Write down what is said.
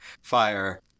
fire